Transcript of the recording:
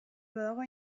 badago